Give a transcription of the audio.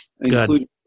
including